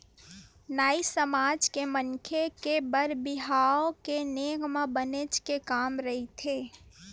नाई समाज के मनखे के बर बिहाव के नेंग म बनेच के काम रहिथे